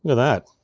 that.